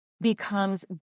becomes